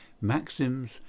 maxims